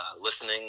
listening